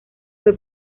fue